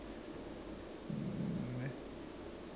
meh